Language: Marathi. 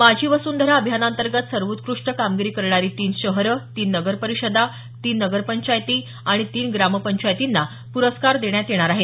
माझी वसुंधरा अभियानांतर्गत सर्वोत्कृष्ट कामगिरी करणारी तीन शहरं तीन नगरपरिषदा तीन नगरपंचायती आणि तीन ग्रामपंचायतींना पुरस्कार देण्यात येणार आहेत